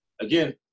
Again